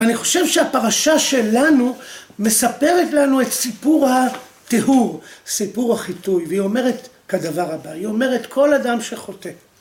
‫אני חושב שהפרשה שלנו ‫מספרת לנו את סיפור הטיהור, ‫סיפור החיטוי, ‫והיא אומרת כדבר הבא, ‫היא אומרת כל אדם שחוטא